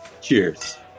Cheers